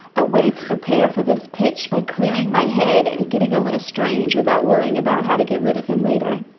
a way to prepare for this pitch by clearing my head and getting a little strange without worrying about how to get rid of him later